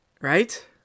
Right